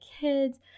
kids